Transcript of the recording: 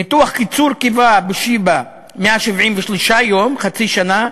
ניתוח קיצור קיבה בשיבא, 173 יום, חצי שנה,